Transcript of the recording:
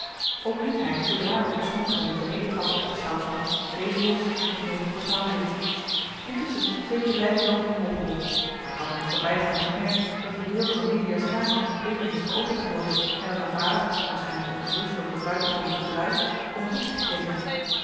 ook liet hij zoodra wij den beschonkene de benedentrappen opgesjouwd hadden dezen los en ging op het portaal zitten intusschen sleepten wij helding hooger op maar ik had in t voorbijgaan gemerkt dat de deur van amelia's kamer even was geopend geworden en dat haar vader waarschijnlijk ongerust over het buitengewoon gedruisch om het hoekje gekeken had